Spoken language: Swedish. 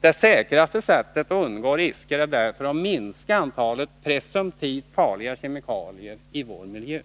Det säkraste sättet att undgå risker är därför att minska antalet presumtivt farliga kemikalier i vår miljö.